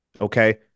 Okay